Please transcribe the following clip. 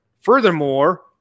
Furthermore